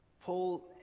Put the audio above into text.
Paul